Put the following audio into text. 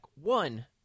One